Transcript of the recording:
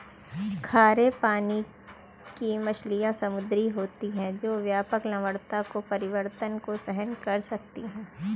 खारे पानी की मछलियाँ समुद्री होती हैं जो व्यापक लवणता परिवर्तन को सहन कर सकती हैं